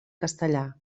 castellà